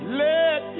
let